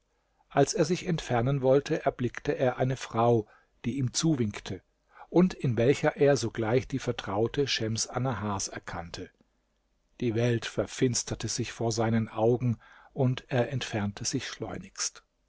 als er sich entfernen wollte erblickte er eine frau die ihm zuwinkte und in welcher er sogleich die vertraute schems annahars erkannte die welt verfinsterte sich vor seinen augen und er entfernte sich schleunigst